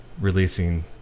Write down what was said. releasing